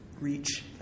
reach